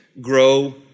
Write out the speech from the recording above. grow